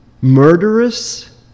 murderous